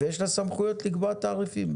ויש לה סמכויות לקבוע תעריפים.